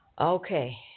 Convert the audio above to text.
Okay